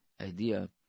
idea